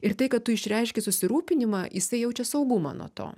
ir tai kad tu išreiški susirūpinimą jisai jaučia saugumą nuo to